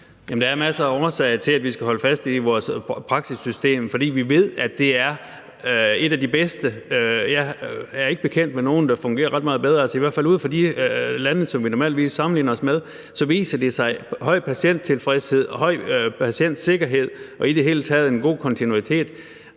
der er masser af årsager til, at vi skal holde fast i vores praksissystem, for vi ved, at det er et af de bedste. Jeg er ikke bekendt med nogen, der fungerer ret meget bedre, i hvert fald ikke i forhold til de lande, som vi normalvis sammenligner os med; det viser sig i forhold til høj patienttilfredshed, høj patientsikkerhed og i det hele taget i forhold til en god kontinuitet.